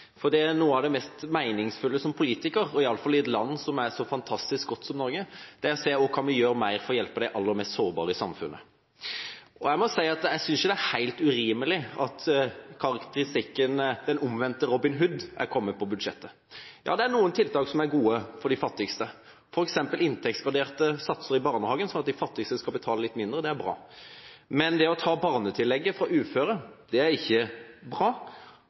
Noe av det som er mest meningsfylt som politiker, i alle fall i et land som er så fantastisk godt som Norge, er å se hva mer vi kan gjøre for å hjelpe de aller mest sårbare i samfunnet. Jeg må si at jeg synes ikke det er helt urimelig at karakteristikken «en omvendt Robin Hood» er brukt om budsjettet. Det er noen tiltak som er gode for de fattigste. For eksempel er inntektsgraderte satser – som gjør at de fattigste skal betale litt mindre – i barnehagen bra. Men det å ta barnetillegget fra uføre,